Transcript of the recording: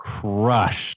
crushed